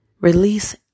Release